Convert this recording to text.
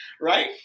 Right